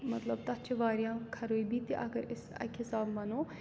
مطلب تَتھ چھِ واریاہ خرٲبی تہِ اگر أسۍ اَکہِ حِساب وَنو